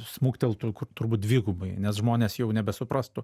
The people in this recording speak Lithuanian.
smukteltų turbūt dvigubai nes žmonės jau nebesuprastų